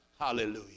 Hallelujah